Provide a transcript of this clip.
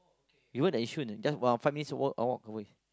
even at Yishun just uh five minutes walk a walk a way